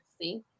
See